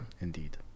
Indeed